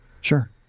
Sure